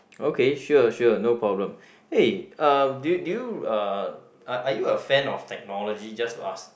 okay sure sure no problem eh uh do you do you uh are are you a fan of technology just to ask